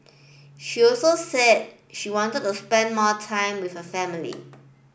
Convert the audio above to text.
she also said she wanted to spend more time with her family